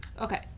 Okay